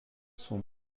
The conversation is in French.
sont